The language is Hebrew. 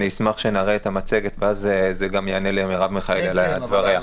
אשמח שנראה את המצגת ואז זה גם יענה למרב מיכאלי על דבריה.